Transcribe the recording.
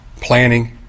planning